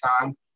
time